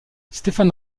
stéphan